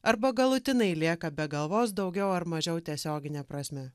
arba galutinai lieka be galvos daugiau ar mažiau tiesiogine prasme